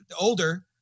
older